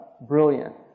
Brilliant